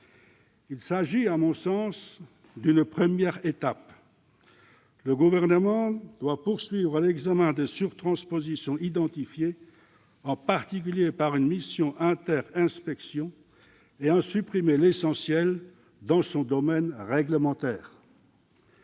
Il s'agit, à mon sens, d'une première étape. Le Gouvernement doit poursuivre l'examen des surtranspositions identifiées, en particulier par une mission inter-inspections, et en supprimer l'essentiel dans son domaine réglementaire.